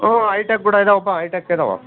ಹ್ಞೂ ಐಟೆಕ್ ಕೂಡ ಇದಾವಪ್ಪ ಐಟೆಕ್ ಇದಾವೆ